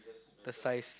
the size